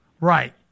Right